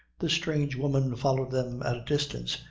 the strange woman followed them at a distance,